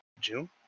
june